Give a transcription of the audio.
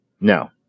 No